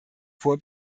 vor